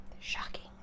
shocking